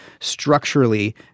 structurally